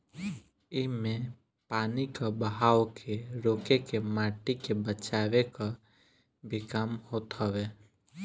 इमे पानी कअ बहाव के रोक के माटी के बचावे कअ भी काम होत हवे